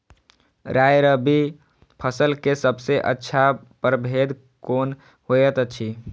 राय रबि फसल के सबसे अच्छा परभेद कोन होयत अछि?